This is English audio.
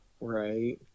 Right